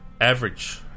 average